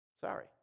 Sorry